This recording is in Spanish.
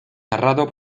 narrado